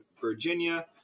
virginia